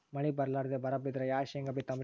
ಮಳಿ ಬರ್ಲಾದೆ ಬರಾ ಬಿದ್ರ ಯಾ ಶೇಂಗಾ ಬಿತ್ತಮ್ರೀ?